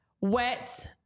wet